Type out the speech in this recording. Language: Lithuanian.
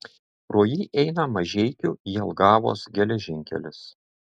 pro jį eina mažeikių jelgavos geležinkelis